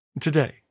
today